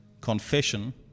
Confession